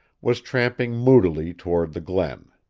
was tramping moodily toward the glen.